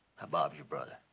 bob's your brother.